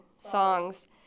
songs